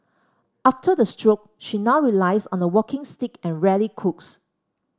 after the stroke she now relies on a walking stick and rarely cooks